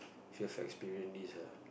should have experience this ah